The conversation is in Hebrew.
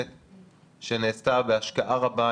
שנעשתה בהשקעה רבה,